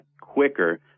quicker